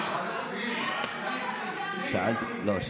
לא.